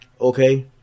Okay